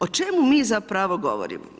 O čemu mi zapravo govorimo?